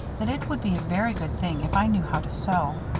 that it would be a very good thing if i knew how to sew.